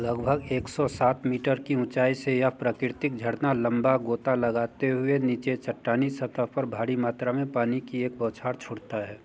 लगभग एक सौ सात मीटर की ऊँचाई से यह प्राकृतिक झड़ना लम्बा गोता लगाते हुए नीचे चट्टानी सतह पर भारी मात्रा में पानी की एक बौछार छोड़ता है